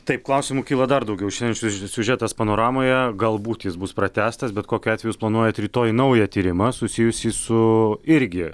taip klausimų kyla dar daugiau šiandien siužsiužetas panoramoje galbūt jis bus pratęstas bet kokiu atveju jūs planuojat rytoj naują tyrimą susijusį su irgi